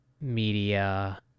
media